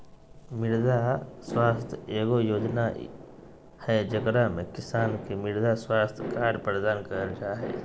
मृदा स्वास्थ्य एगो योजना हइ, जेकरा में किसान के मृदा स्वास्थ्य कार्ड प्रदान कइल जा हइ